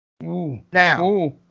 Now